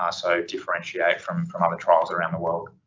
ah so differentiate from, from other trials around the world?